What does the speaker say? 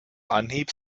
anhieb